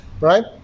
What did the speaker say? right